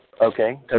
Okay